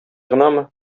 гынамы